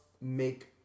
make